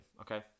okay